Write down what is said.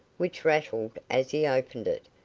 which rattled as he opened it,